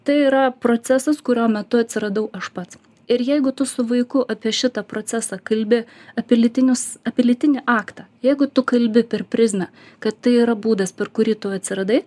tai yra procesas kurio metu atsiradau aš pats ir jeigu tu su vaiku apie šitą procesą kalbi apie lytinius apie lytinį aktą jeigu tu kalbi per prizmę kad tai yra būdas per kurį tu atsiradai